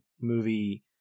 movie